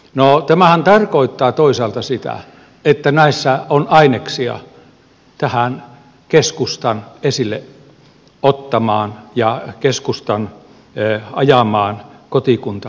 no tämähän tarkoittaa toisaalta sitä että näissä on aineksia tähän keskustan esille ottamaan ja keskustan ajamaan kotikuntamaakunta malliin